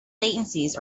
latencies